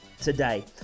today